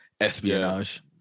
espionage